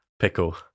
pickle